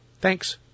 Thanks